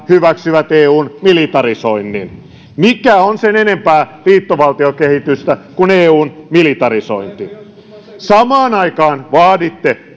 hyväksyvät eun militarisoinnin mikä on sen enempää liittovaltiokehitystä kuin eun militarisointi samaan aikaan vaaditte